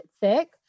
thick